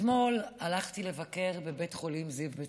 אתמול הלכתי לבקר בבית חולים זיו בצפת.